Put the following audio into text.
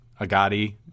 Agati